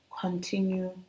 Continue